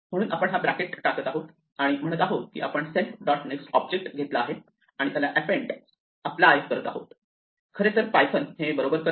म्हणून आपण हा ब्रॅकेट टाकत आहोत आणि म्हणत आहोत की आपण सेल्फ डॉट नेक्स्ट ऑब्जेक्ट घेतला आहे आणि त्याला अॅपेंड अप्लाय करत आहोत खरेतर पायथन हे बरोबर करते